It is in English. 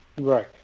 Right